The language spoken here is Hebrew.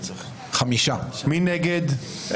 5 נגד,